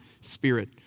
spirit